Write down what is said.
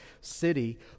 city